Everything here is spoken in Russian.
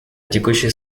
текущей